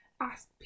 Ask